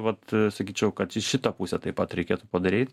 vat sakyčiau kad į šitą pusę taip pat reikėtų padaryt